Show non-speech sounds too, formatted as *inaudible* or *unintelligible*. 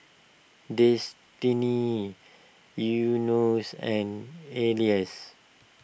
Destinee Enos and *unintelligible*